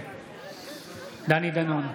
נגד דני דנון,